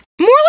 More